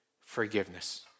forgiveness